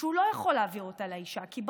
והוא לא יכול להעביר אותה לאישה.